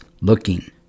looking